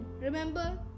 Remember